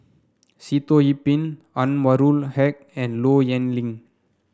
Sitoh Yih Pin Anwarul Haque and Low Yen Ling